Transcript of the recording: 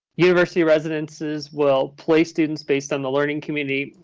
university residences will place students based on the learning community.